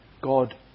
God